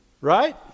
Right